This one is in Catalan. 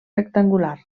rectangular